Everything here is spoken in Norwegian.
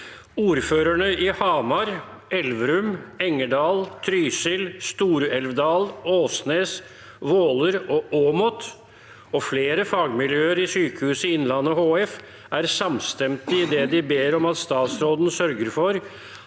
«Ordførerne i Hamar, Elverum, Engerdal, Trysil, StorElvdal, Åsnes, Våler og Åmot og flere fagmiljøer i Sykehuset Innlandet HF er samstemte idet de ber om at statsråden sørger for